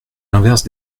l’inverse